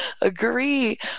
Agree